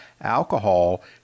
alcohol